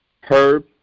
herb